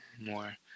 more